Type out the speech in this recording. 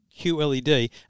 QLED